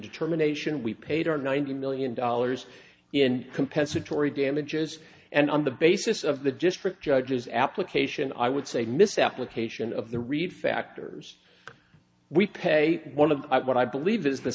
determination we paid our ninety million dollars in compensatory damages and on the basis of the district judges application i would say misapplication of the reed factors we pay one of what i believe is the